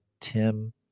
Tim